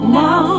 now